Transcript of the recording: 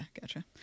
gotcha